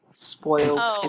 Spoils